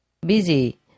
busy